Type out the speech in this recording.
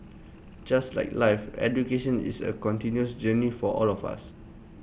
just like life education is A continuous journey for all of us